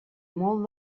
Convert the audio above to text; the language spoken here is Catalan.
molt